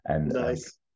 Nice